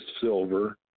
silver